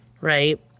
right